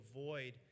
avoid